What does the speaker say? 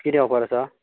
कितें ऑफर आसा